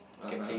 (uh huh)